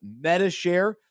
MetaShare